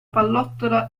pallottola